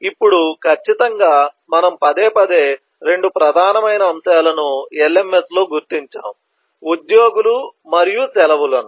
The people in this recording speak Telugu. ఇప్పుడు ఖచ్చితంగా మనం పదేపదే 2 ప్రధానమైన అంశాల ను LMS లో గుర్తించాం ఉద్యోగులు మరియు సెలవులను